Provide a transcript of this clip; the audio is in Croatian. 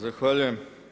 Zahvaljujem.